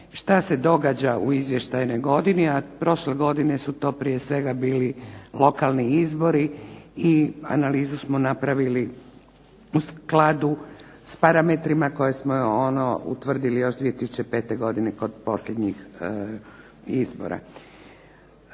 šta se događa u izvještajnoj godini, a prošle godine su to prije svega bili lokalni izbori, i analizu smo napravili u skladu s parametrima koje smo ono utvrdili još 2005. godine kod posljednjih izbora.